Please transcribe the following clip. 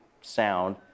sound